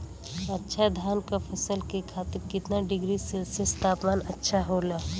अच्छा धान क फसल के खातीर कितना डिग्री सेल्सीयस तापमान अच्छा होला?